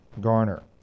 Garner